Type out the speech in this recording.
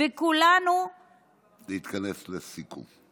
להתכנס לסיכום.